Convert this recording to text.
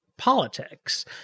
Politics